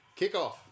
Kickoff